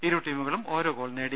ഇരു ടീമുകളും ഓരോ ഗോൾ നേടി